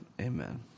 Amen